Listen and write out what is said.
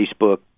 Facebook